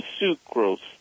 sucrose